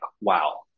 wow